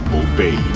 obey